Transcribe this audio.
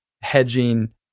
hedging